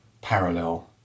parallel